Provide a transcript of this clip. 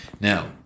Now